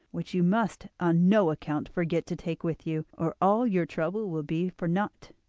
which you must on no account forget to take with you, or all your trouble will be for naught,